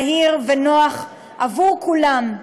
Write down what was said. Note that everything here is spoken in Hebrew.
מהיר ונוח עבור כולם.